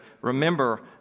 remember